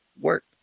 work